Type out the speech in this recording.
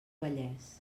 vallès